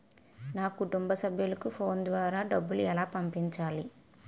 నా కుటుంబ సభ్యులకు ఫోన్ ద్వారా డబ్బులు ఎలా పంపించాలి?